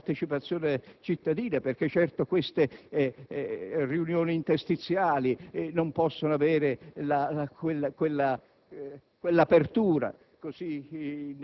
Costringiamo così la partecipazione cittadina, perché certo queste riunioni interstiziali non possono avere